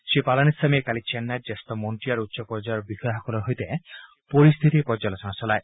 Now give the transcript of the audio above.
শ্ৰীপালানিস্বামীয়ে কালি চেন্নাইত জ্যেষ্ঠ মন্ত্ৰী আৰু উচ্চ পৰ্যায়ৰ বিষয়াসকলৰ সৈতে পৰিস্থিতিৰ পৰ্যালোচনা চলায়